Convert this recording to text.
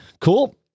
Cool